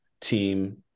team